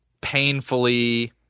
painfully